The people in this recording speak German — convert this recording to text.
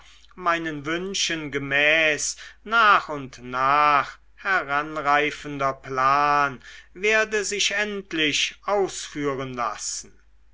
meinen wünschen gemäß nach und nach heranreifender plan werde sich endlich ausführen lassen